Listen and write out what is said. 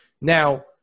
Now